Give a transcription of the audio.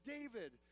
David